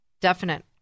definite